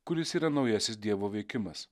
kuris yra naujasis dievo veikimas